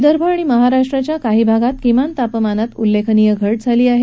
विदर्भ आणि मध्य महाराष्ट्राच्या काही भागात किमान तापमानात उल्लेखनीय घट झाली आहे